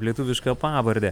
lietuvišką pavardę